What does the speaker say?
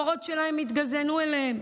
המורות שלהן התגזענו אליהן,